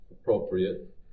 appropriate